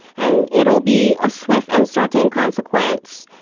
and it will be a swift and certain consequence,